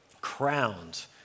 crowned